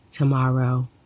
tomorrow